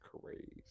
crazy